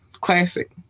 classic